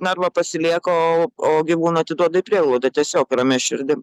narvą pasilieka o o gyvūną atiduoda į prieglaudą tiesiog ramia širdim